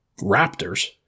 Raptors